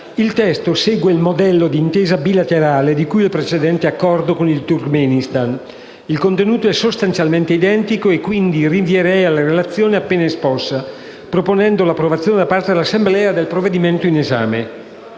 Il testo segue il modello di intesa bilaterale di cui al precedente Accordo con il Turkmenistan. Il contenuto è sostanzialmente identico e quindi rinvierei alla relazione appena esposta, proponendo l'approvazione da parte dell'Assemblea del provvedimento in esame.